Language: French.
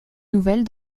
nouvelles